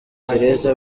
tereza